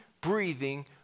breathing